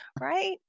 right